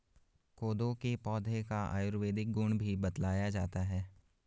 कोदो के पौधे का आयुर्वेदिक गुण भी बतलाया जाता है